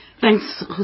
Thanks